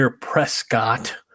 Prescott